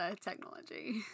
technology